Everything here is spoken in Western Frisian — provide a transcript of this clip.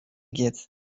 giet